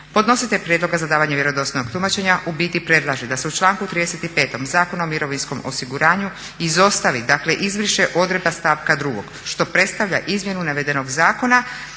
"Podnositelj prijedloga za davanje vjerodostojnog tumačenja u biti predlaže da se u članku 35. Zakona o mirovinskom osiguranju izostavi, izbriše odredba stavka 2. što predstavlja izmjenu navedenog zakona